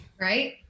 Right